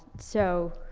so,